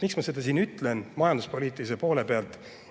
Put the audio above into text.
Miks ma seda siin ütlen majanduspoliitilise poole pealt?